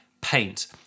Paint